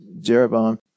Jeroboam